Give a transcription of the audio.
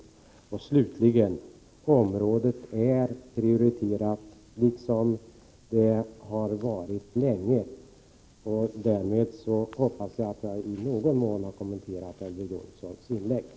49 Slutligen vill jag säga att detta område är prioriterat, liksom det har varit under lång tid. Därmed hoppas jag att jag i någon mån har kommenterat Elver Jonssons inlägg.